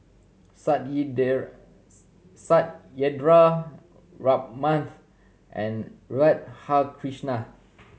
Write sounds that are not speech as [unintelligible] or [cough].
[unintelligible] Satyendra Ramnath and Radhakrishnan